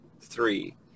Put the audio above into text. three